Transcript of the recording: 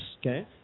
Okay